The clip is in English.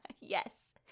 Yes